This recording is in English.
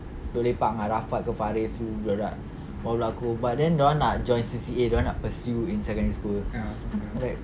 lepak dengan rafat faris budak-budak bawah blok aku but then dorang nak join C_C_A dorang nak pursue in secondary school after that